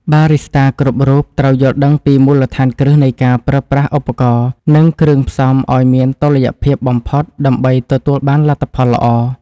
បារីស្តាគ្រប់រូបត្រូវយល់ដឹងពីមូលដ្ឋានគ្រឹះនៃការប្រើប្រាស់ឧបករណ៍ និងគ្រឿងផ្សំឱ្យមានតុល្យភាពបំផុត ដើម្បីទទួលបានលទ្ធផលល្អ។